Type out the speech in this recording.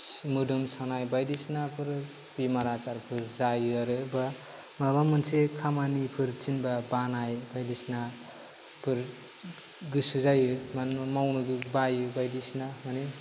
मोदोम सानाय बायदिसिनाफोर बेमार आजारफोर जायो आरो बा माबा मोनसे खामानिफोर थिनबा बानाय बायदिसिनाफोर गोसो जायो मानोना मावनो बायो बायदिसिना माने